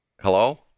Hello